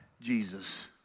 Jesus